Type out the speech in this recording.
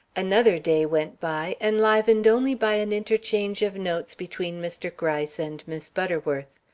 another day went by, enlivened only by an interchange of notes between mr. gryce and miss butterworth.